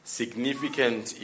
significant